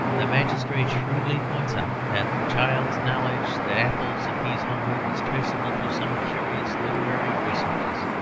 the magistrate shrewdly points out that the child's knowledge that apples appease hunger is traceable to some curious literary researches.